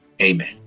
Amen